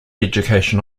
education